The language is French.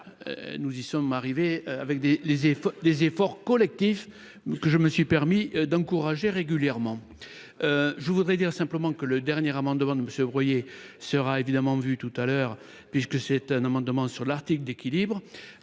nous y sommes arrivés avec des les efforts, les efforts collectifs mais ce que je me suis permis d'encourager régulièrement, je voudrais dire simplement que le dernier amendement de monsieur sera évidemment vu tout à l'heure, puisque c'est un amendement sur l'article d'équilibre